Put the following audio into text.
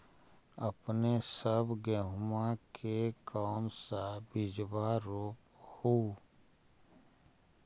अपने सब गेहुमा के कौन सा बिजबा रोप हू?